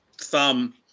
thumb